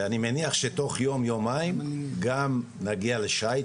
שתוך יום יומיים גם נגיע לשחייה